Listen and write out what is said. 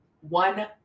one